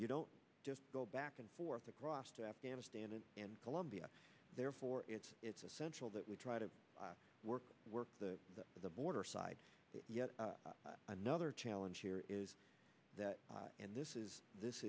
you don't just go back and forth across to afghanistan and in colombia therefore it's essential that we try to work work to the border side yet another challenge here is that and this is this